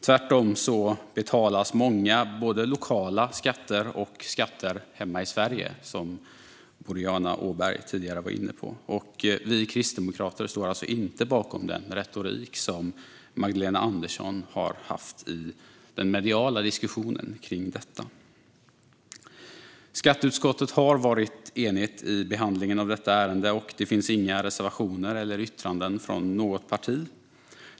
Tvärtom betalas många både lokala skatter och skatter hemma i Sverige, som Boriana Åberg tidigare var inne på. Vi kristdemokrater står alltså inte bakom den retorik som Magdalena Andersson har använt i den mediala diskussionen kring detta. Skatteutskottet har varit enigt i behandlingen av detta ärende, och det finns inga reservationer eller yttranden från något parti.